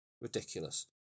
Ridiculous